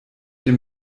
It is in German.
dem